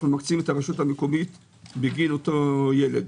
אנחנו מקצים לרשות המקומית בגין אותו ילד.